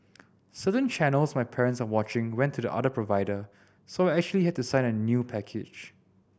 certain channels my parents are watching went to the other provider so I actually had to sign a new package